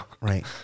Right